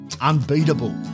unbeatable